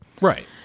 Right